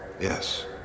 Yes